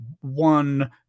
one